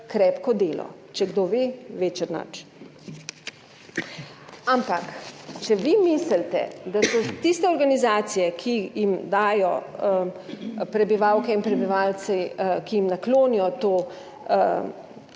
krepko delo, če kdo ve, ve Černač. Ampak, če vi mislite, da so tiste organizacije, ki jim dajo prebivalke in prebivalci, ki jim naklonijo to,